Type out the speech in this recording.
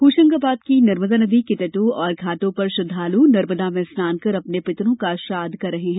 होशंगाबाद की नर्मदा नदी के तटों और घाटों पर श्रद्वाल् नर्मदा में स्नान कर अपने पितरों का श्राद्ध कर रहे हैं